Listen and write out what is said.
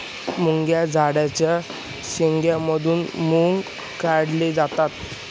मुगाच्या झाडाच्या शेंगा मधून मुग काढले जातात